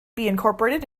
incorporated